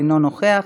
אינו נוכח.